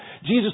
Jesus